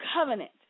covenant